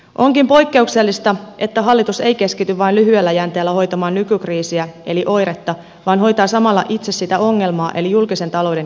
onkin poikkeuksellista että hallitus ei keskity vain lyhyellä jänteellä hoitamaan nykykriisiä eli oiretta vaan hoitaa samalla itse sitä ongelmaa eli julkisen talouden kestävyyshaastetta